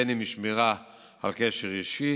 בין אם שמירה על קשר אישי